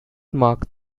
marked